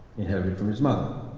inherited from his mother.